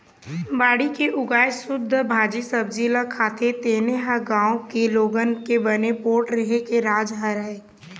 बाड़ी के उगाए सुद्ध सब्जी भाजी ल खाथे तेने ह गाँव के लोगन के बने पोठ रेहे के राज हरय